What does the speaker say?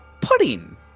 pudding